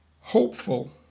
hopeful